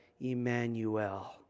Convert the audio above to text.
Emmanuel